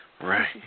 Right